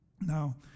Now